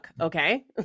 okay